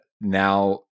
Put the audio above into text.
now